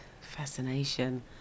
fascination